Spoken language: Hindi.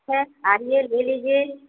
ठीक है आइए ले लीजिए